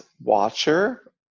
watcher